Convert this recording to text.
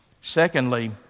Secondly